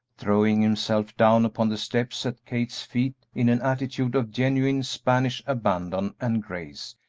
throwing himself down upon the steps at kate's feet in an attitude of genuine spanish abandon and grace,